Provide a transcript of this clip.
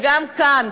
וגם כאן,